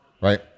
right